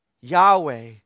Yahweh